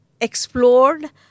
explored